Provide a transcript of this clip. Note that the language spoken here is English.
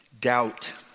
Doubt